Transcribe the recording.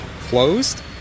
Closed